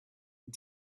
and